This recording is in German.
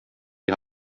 die